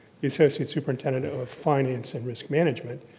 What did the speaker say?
the associate superintendent ah of finance and risk management.